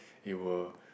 it were